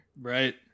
right